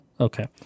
Okay